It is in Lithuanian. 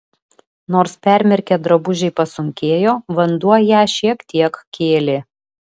nors permirkę drabužiai pasunkėjo vanduo ją šiek tiek kėlė